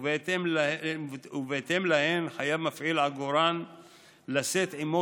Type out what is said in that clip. ובהתאם להן חייב מפעיל העגורן לשאת עימו